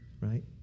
right